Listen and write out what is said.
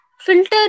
filter